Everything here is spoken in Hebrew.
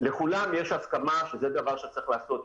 לכולם יש הסכמה שזה דבר שצריך לעשות.